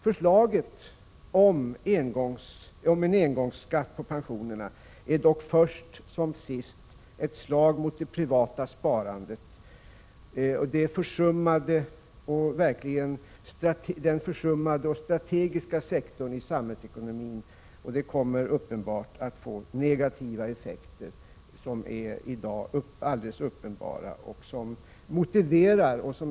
Förslaget om en engångsskatt på pensionerna är dock först som sist ett slag mot det privata sparandet — den försummade och strategiska sektorn av samhällsekonomin. Det kommer att få negativa effekter, som i dag är alldeles uppenbara.